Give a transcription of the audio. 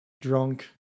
drunk